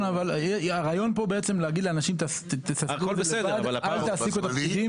הרעיון פה הוא להגיד לאנשים שלא יעסיקו את הפקידים.